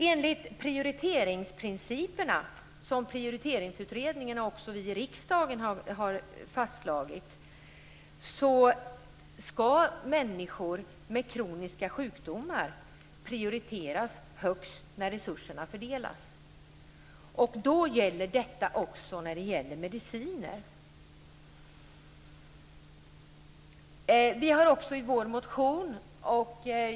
Enligt de prioriteringsprinciper som Prioriteringsutredningen och också vi i riksdagen har fastslagit skall människor med kroniska sjukdomar prioriteras högst när resurserna fördelas. Det gäller också mediciner. Vi har också föreslagit det i vår motion.